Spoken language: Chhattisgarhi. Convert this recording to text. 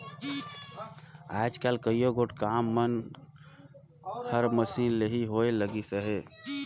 आएज काएल कइयो गोट काम मन हर मसीन ले ही होए लगिस अहे